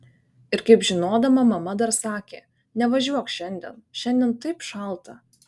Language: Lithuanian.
ir kaip žinodama mama dar sakė nevažiuok šiandien šiandien taip šalta